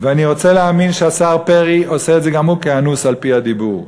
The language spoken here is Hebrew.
ואני רוצה להאמין שהשר פרי עושה את זה גם הוא כאנוס על-פי הדיבור,